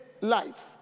life